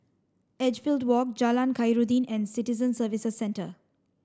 Edgefield Walk Jalan Khairuddin and Citizen Services Centre